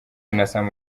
binasaba